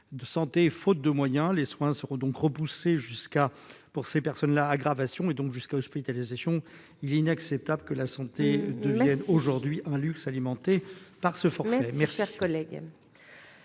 de santé faute de moyens, les soins seront donc repoussé jusqu'à pour ces personnes-là aggravation et donc jusqu'à l'hospitalisation, il est inacceptable que la santé de là aujourd'hui un luxe. Par ce forfait, cher collègue,